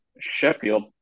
Sheffield